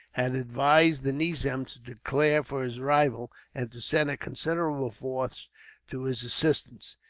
had advised the nizam to declare for his rival, and to send a considerable force to his assistance,